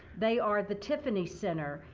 they are the tiffany center,